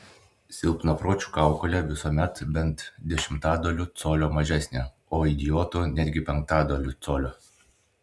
silpnapročių kaukolė visuomet bent dešimtadaliu colio mažesnė o idiotų netgi penktadaliu colio